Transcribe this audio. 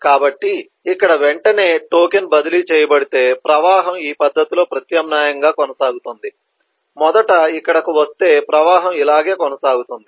కాబట్టి ఇక్కడ వెంటనే టోకెన్ బదిలీ చేయబడితే ప్రవాహం ఈ పద్ధతిలో ప్రత్యామ్నాయంగా కొనసాగుతుంది మొదట ఇక్కడకు వస్తే ప్రవాహం ఇలాగే కొనసాగుతుంది